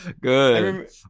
Good